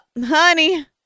honey